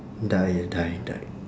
die die die